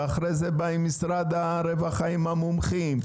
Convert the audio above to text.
ואחרי זה באים משרד הרווחה עם המומחים,